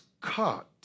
cut